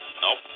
Nope